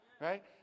Right